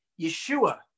Yeshua